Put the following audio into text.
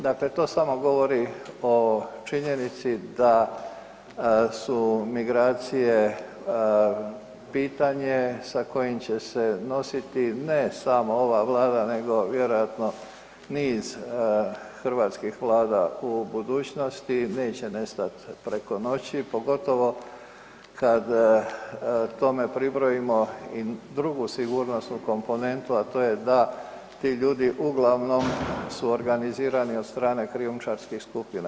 Dakle, to samo govori o činjenici da su migracije pitanje sa kojim će se nositi ne samo ova Vlada nego vjerojatno niz hrvatskih vlada u budućnosti, neće nestat preko noći pogotovo kad tome pribrojimo i drugu sigurnosnu komponentu, a to je da ti ljudi uglavnom su organizirani od strane krijumčarskih skupina.